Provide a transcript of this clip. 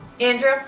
Andrew